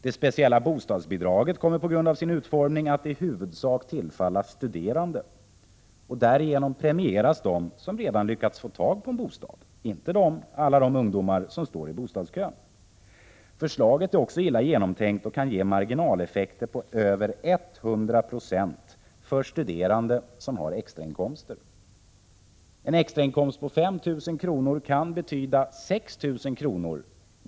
Det speciella bostadsbidraget kommer på grund av sin utformning att i huvudsak tillfalla studerande. Därmed premieras de som redan lyckats få tag på en bostad, inte alla de ungdomar som står i bostadskön. Förslaget är illa genomtänkt och kan ge marginaleffekter på över 100 26 för studerande som har extrainkomster. En extrainkomst på 5 000 kr. kan betyda 6 000 kr.